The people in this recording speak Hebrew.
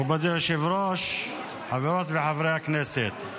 מכובדי היושב-ראש, חברות וחברי הכנסת,